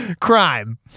crime